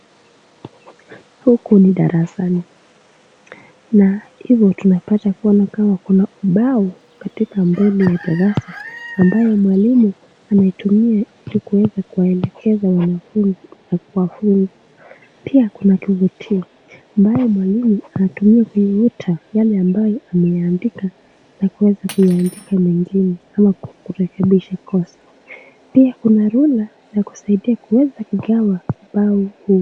Huku ni darasani, na hivo tunapata kuona kama kuna ubao katika mbele ya darasa ambayo mwalimu anaitumia ili kuweza kuwaelekeza wanafunzi na kuwafunza, pia kuna kifutio ambayo mwalimu anatumia kufuta yale ambayo ameyaandika na kuweza kuyaandika mengine ama kurekebisha kosa, pia kuna ruler ya kusaidia kuweza kugawa ubao huu.